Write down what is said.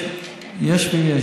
יש ויש.